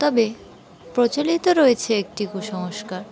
তবে প্রচলিত রয়েছে একটি কুসংস্কার